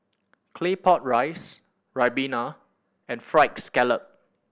Claypot Rice ribena and Fried Scallop